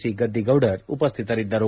C Gaddigoudar ಉಪ್ಯಾತರಿದ್ದರು